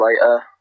later